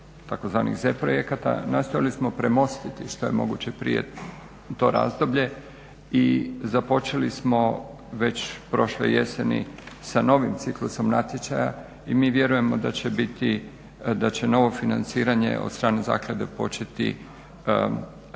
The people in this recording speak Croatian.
tzv. Z projekata nastojali smo premostiti što je moguće prije to razdoblje i započeli smo već prošle jeseni sa novim ciklusom natječaja i mi vjerujemo da će biti, da će novo financiranje od strane Zaklade početi 1. svibnja